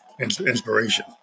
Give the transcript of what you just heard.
inspiration